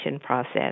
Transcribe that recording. process